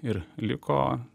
ir liko